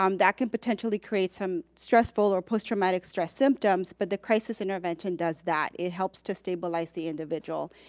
um that can potentially create some stressful or post-traumatic stress symptoms but the crisis intervention does that, it helps to stabilize the individual.